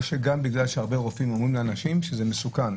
או שגם בגלל שהרבה רופאים אומרים לאנשים שזה מסוכן?